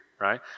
right